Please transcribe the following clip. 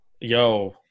yo